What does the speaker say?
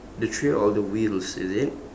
the trail of the wheels is it